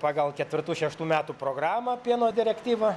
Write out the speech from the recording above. pagal ketvirtų šeštų metų programą pieno direktyvą